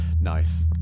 Nice